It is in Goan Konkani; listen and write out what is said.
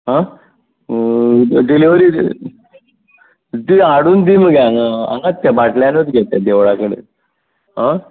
आं डिलिवरी दी हाडून दी मगे हांगा हांगाच तें भाटल्यानूत गे तें देवळा कडेन आं